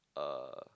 uh